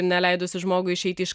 ir neleidusi žmogui išeiti iš